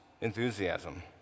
enthusiasm